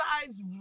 guys